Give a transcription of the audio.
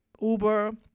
Uber